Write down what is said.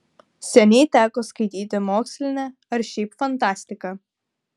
seniai teko skaityti mokslinę ar šiaip fantastiką